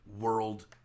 World